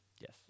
Yes